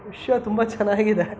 ವಿಷಯ ತುಂಬ ಚೆನ್ನಾಗಿದೆ